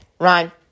Ryan